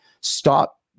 stop